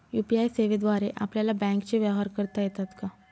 UPI सेवेद्वारे आपल्याला बँकचे व्यवहार करता येतात का?